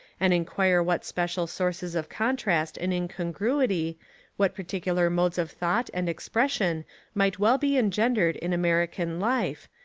and inquire what special sources of contrast and incongruity, what particular modes of thought and expression might well be engendered in american life,